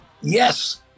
yes